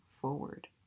forward